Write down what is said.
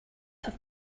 have